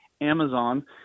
Amazon